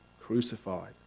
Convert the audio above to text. crucified